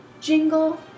Jingle